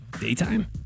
Daytime